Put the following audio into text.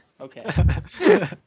okay